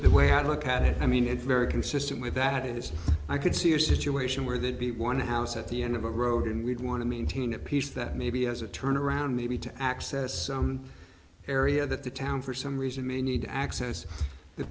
their way out look at it i mean it's very consistent with that is i could see a situation where there'd be one house at the end of a road and we'd want to maintain a piece that maybe has a turnaround maybe to access some area that the town for some reason may need to access the